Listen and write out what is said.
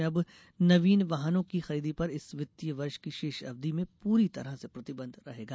प्रदेश में अब नवीन वाहनों की खरीदी पर इस वित्तीय वर्ष की शेष अवधि में पूरी तरह से प्रतिबंध रहेगा